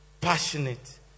passionate